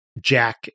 Jack